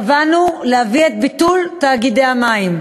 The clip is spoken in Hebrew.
קבענו להביא את ביטול תאגידי המים,